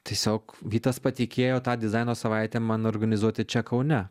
tiesiog vytas patikėjo tą dizaino savaitę man organizuoti čia kaune